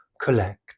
collect